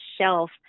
shelf